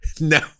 no